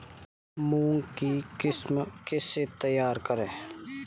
मूंग की किस्म कैसे तैयार करें?